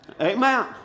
Amen